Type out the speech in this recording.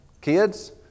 Kids